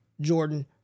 Jordan